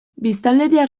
biztanleria